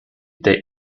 they